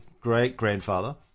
great-grandfather